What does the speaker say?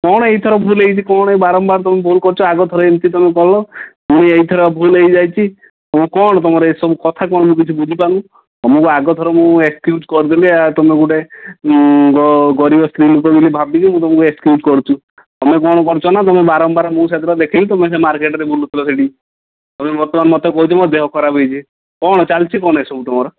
କ'ଣ ଏଇଥର ଭୁଲ ହେଇଛି କ'ଣ ବାରମ୍ବାର ତୁମେ ଭୁଲ କରୁଛ ଆଗାଥର ଏମିତି ତୁମେ କଲ ପୁଣି ଏଇଥର ଭୁଲ ହେଇ ଯାଇଛି ତୁମେ କ'ଣ ତୁମର ଏସବୁ କଥା କ'ଣ ମୁଁ କିଛି ବୁଝି ପାରୁନି ତୁମକୁ ମୁଁ ଆଗଥର ମୁଁ ଏକ୍ସକିଉଜ୍ କରିଦେଲି ଆଉ ତୁମେ ଗୋଟେ ଗ ଗରିବ ସ୍ତ୍ରୀ ଲୋକ ବୋଲି ଭାବିକି ମୁଁ ତୁମକୁ ଏକ୍ସକିଉଜ୍ କରୁଛି ତୁମେ କ'ଣ କରୁଛ ନା ତୁମେ ବାରମ୍ବାର ମୁଁ ସେଦିନ ଦେଖିଲି ତୁମେ ସେ ମାର୍କେଟରେ ବୁଲୁଥିଲ ସେଠି ତୁମେ ବର୍ତ୍ତମାନ ମୋତେ କହୁଛ ମୋ ଦେହ ଖରାପ ହେଇଛି କ'ଣ ଚାଲିଛି କ'ଣ ଏ ସବୁ ତୁମର